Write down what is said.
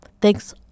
Thanks